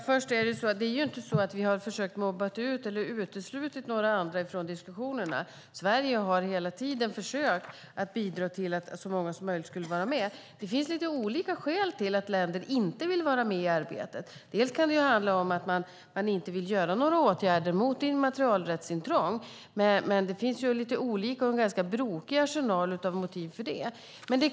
Herr talman! Vi har inte försökt att mobba ut eller utesluta andra från diskussionerna. Sverige har hela tiden försökt att bidra till att så många som möjligt ska vara med. Det finns lite olika skäl till att länder inte vill vara med i arbetet. Bland annat kan det handla om att de inte vill vidta åtgärder mot immaterialrättsintrång, men det finns en brokig arsenal av motiv för det.